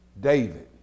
David